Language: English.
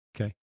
Okay